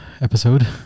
episode